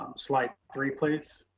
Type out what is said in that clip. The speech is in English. slide three please.